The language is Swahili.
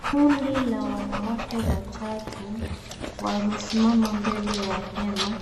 Kundi la wanawake watatu wamesimama mbele ya hema